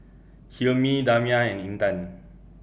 Hilmi Damia and Intan